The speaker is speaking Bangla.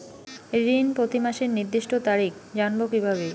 ঋণ প্রতিমাসের নির্দিষ্ট তারিখ জানবো কিভাবে?